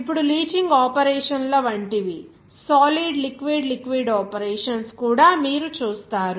ఇప్పుడు లీచింగ్ ఆపరేషన్ల వంటి సాలిడ్ లిక్విడ్ లిక్విడ్ ఆపరేషన్స్ కూడా మీరు చూస్తారు